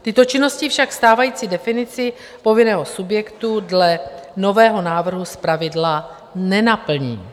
Tyto činnosti však stávající definici povinného subjektu dle nového návrhu zpravidla nenaplní.